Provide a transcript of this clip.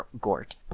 gort